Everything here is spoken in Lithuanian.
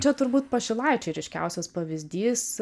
čia turbūt pašilaičiai ryškiausias pavyzdys